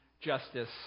justice